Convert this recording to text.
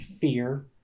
fear